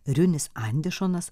riunis andešonas